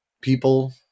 people